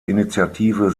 initiative